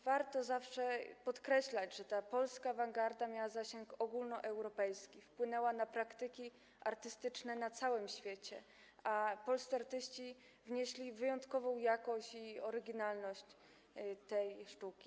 Warto zawsze podkreślać, że polska awangarda miała zasięg ogólnoeuropejski, wpłynęła na praktyki artystyczne na całym świecie, a polscy artyści wnieśli wyjątkową jakość i oryginalność do tej sztuki.